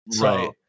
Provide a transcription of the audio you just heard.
Right